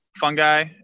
fungi